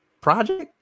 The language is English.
project